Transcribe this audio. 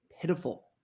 pitiful